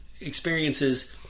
experiences